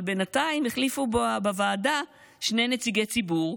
אבל בינתיים החליפו בוועדה שני נציגי ציבור,